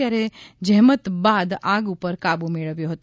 ત્યારે જ્હેમત બાદ આગ ઉપર કાબુ મેળવ્યો હતો